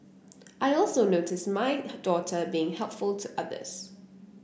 I also notice my daughter being helpful to others